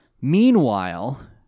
Meanwhile